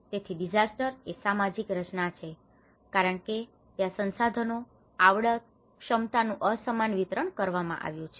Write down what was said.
તેથી ડિઝાસ્ટર એ સામાજીક રચના છે કારણ કે ત્યાં સંસાધનો આવડત ક્ષમતાઓનું અસમાન વિતરણ કરવામાં આવ્યું છે